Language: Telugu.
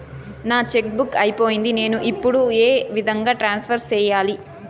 నా చెక్కు బుక్ అయిపోయింది నేను ఇప్పుడు ఏ విధంగా ట్రాన్స్ఫర్ సేయాలి?